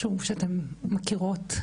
מישהו שאתן מכירות,